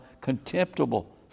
contemptible